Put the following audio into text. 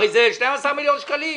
הרי זה 12 מיליון שקלים.